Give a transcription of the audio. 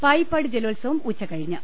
പായിപ്പാട് ജലോത്സവം ഉച്ചകഴിഞ്ഞ്